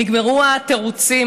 נגמרו התירוצים.